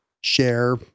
share